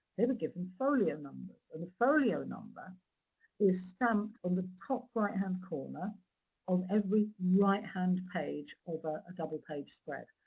they were given folio numbers. and the folio number is stamped on the top right-hand corner of every right-hand page of a double page spread.